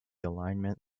alignment